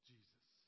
Jesus